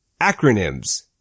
Acronyms